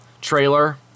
trailer